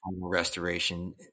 restoration